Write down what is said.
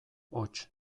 hots